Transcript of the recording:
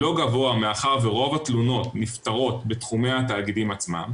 לא גבוה מאחר ורוב התלונות נפתרות בתחומי התאגידים עצמם.